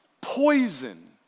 poison